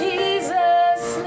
Jesus